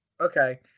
Okay